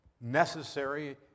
necessary